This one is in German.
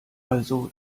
also